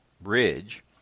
Bridge